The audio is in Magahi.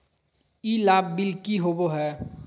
ई लाभ बिल की होबो हैं?